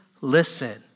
listen